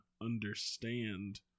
understand